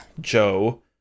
Joe